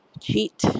cheat